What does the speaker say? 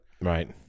Right